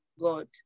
God